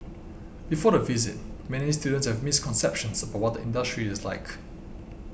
before the visit many students have misconceptions about what the industry is like